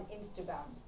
Instagram